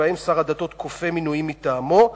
ושבהן שר הדתות כופה מינויים מטעמו,